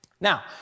Now